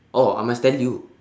oh I must tell you